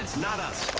not ah